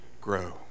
grow